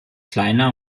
kleiner